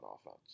offense